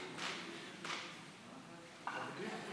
אם אתה רואה פה